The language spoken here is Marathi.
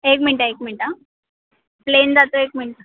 एक मिनटं एक मिनटं आं प्लेन जातं आहे एक मिनटं